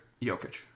Jokic